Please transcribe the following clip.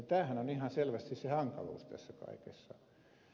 tämähän on ihan selvästi se hankaluus tässä kaikessa